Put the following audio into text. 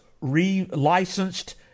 re-licensed